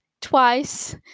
twice